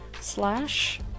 slash